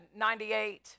98